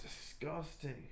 Disgusting